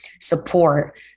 support